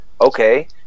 Okay